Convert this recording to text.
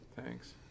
Thanks